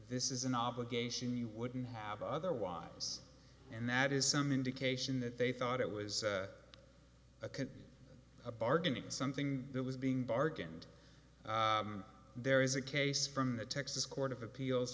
this is an obligation you wouldn't have otherwise and that is some indication that they thought it was a can a bargain is something that was being bargained there is a case from the texas court of appeals